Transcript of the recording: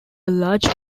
large